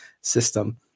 system